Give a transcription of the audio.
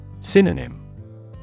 Synonym